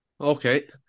Okay